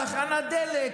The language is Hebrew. תחנת דלק.